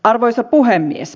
arvoisa puhemies